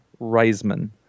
Reisman